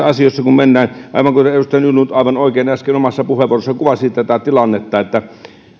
asioissa mennään aivan kuten edustaja nylund aivan oikein äsken omassa puheenvuorossaan kuvasi tätä tilannetta